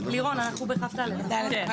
ונתחדשה בשעה 09:33.) בעמוד 4 הגדרה בסעיף קטן (ג)